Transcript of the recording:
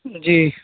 جی